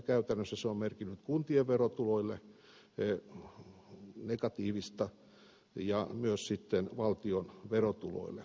käytännössä se on merkinnyt kuntien verotuloille ja myös sitten valtion verotuloille negatiivista